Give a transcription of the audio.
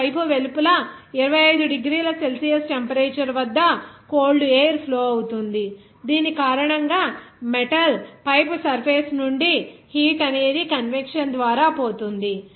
ఇప్పుడు పైపు వెలుపల 25 డిగ్రీల సెల్సియస్ టెంపరేచర్ వద్ద కోల్డ్ ఎయిర్ ఫ్లో అవుతుంది దీని కారణంగా మెటల్ పైపు సర్ఫేస్ నుండి హీట్ అనేది కన్వెక్షన్ ద్వారా పోతుంది